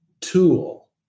tool